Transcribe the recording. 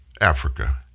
Africa